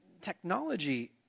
technology